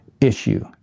issue